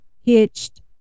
hitched